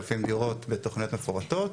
כ-10,000 דירות בתוכניות מפורטות,